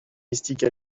mystique